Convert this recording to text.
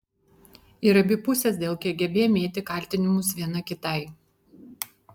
ir abi pusės dėl kgb mėtė kaltinimus viena kitai